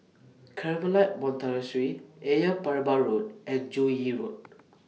Carmelite Monastery Ayer Merbau Road and Joo Yee Road